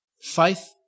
Faith